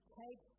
take